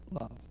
love